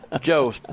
Joe